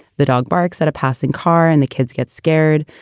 the dog barks at a passing car and the kids get scared.